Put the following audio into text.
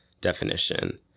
definition